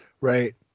Right